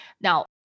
Now